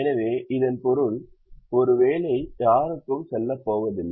எனவே இதன் பொருள் ஒரு வேலை யாருக்கும் செல்லப் போவதில்லை